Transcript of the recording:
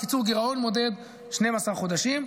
בקיצור, גירעון מודד 12 חודשים.